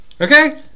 Okay